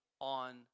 on